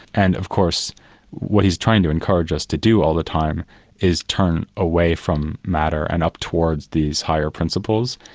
and of course what he's trying to encourage us to do all the time is turn away from matter and up towards these higher principles,